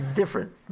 different